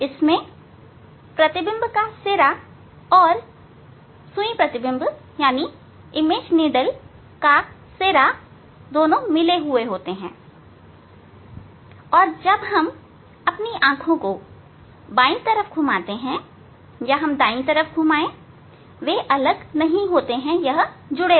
इसमें प्रतिबिंब का सिरा और सुई प्रतिबिंब का सिरा दोनों मिले हुए होते है और जब हम अपनी आंखों को बाई तरफ घुमाते हैं वे अलग नहीं होंगे